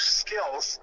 skills